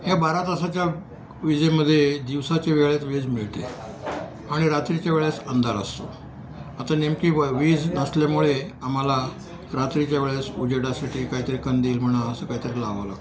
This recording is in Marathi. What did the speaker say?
ह्या बारा तासाच्या विजेमध्ये दिवसाच्या वेळेत वीज मिळते आणि रात्रीच्या वेळेस अंधार असतो आता नेमकी व वीज नसल्यामुळे आम्हाला रात्रीच्या वेळेस उजेडासाठी काहीतरी कंदील म्हणा असं काहीतरी लावावं लागतं